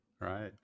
Right